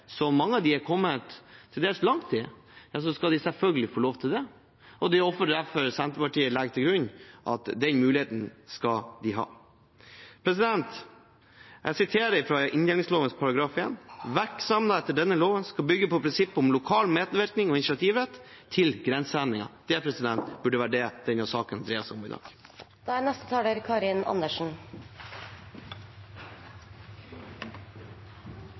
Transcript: mange av dem har kommet til dels langt med, skal de selvfølgelig få lov til det. Det er derfor Senterpartiet legger til grunn at den muligheten skal de ha. Jeg siterer fra inndelingsloven § 1: «Verksemda etter denne lova skal byggje på prinsippet om lokal medverknad og initiativrett til grenseendringar.» Det burde være det denne saken dreier seg om i dag. Dette er